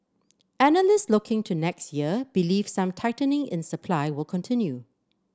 analyst looking to next year believe some tightening in supply will continue